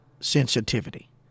sensitivity